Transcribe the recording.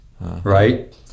right